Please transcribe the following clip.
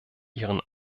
ihren